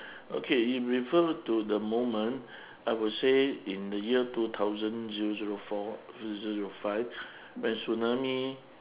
okay you refer to the moment I would say in the year two thousand zero zero four zero zero zero five when tsunami